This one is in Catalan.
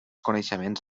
coneixements